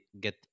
get